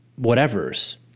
whatevers